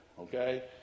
Okay